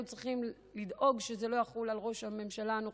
היו צריכים לדאוג שזה לא יחול על ראש הממשלה הנוכחי,